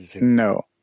No